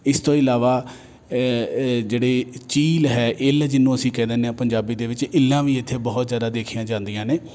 ਇਸ ਤੋਂ ਇਲਾਵਾ ਜਿਹੜੀ ਚੀਲ ਹੈ ਇੱਲ ਜਿਹਨੂੰ ਅਸੀਂ ਕਹਿ ਦਿੰਦੇ ਹਾਂ ਪੰਜਾਬੀ ਦੇ ਵਿੱਚ ਇੱਲਾਂ ਵੀ ਇੱਥੇ ਬਹੁਤ ਜ਼ਿਆਦਾ ਦੇਖੀਆਂ ਜਾਂਦੀਆਂ ਨੇ